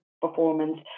performance